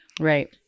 right